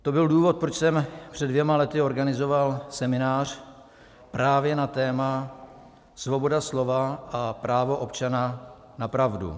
To byl důvod, proč jsem před dvěma lety organizoval seminář právě na téma Svoboda slova a právo občana na pravdu.